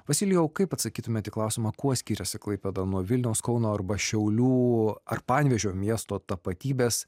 vasilijau kaip atsakytumėt į klausimą kuo skiriasi klaipėda nuo vilniaus kauno arba šiaulių ar panevėžio miesto tapatybės